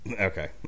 Okay